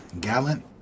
Gallant